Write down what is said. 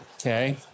Okay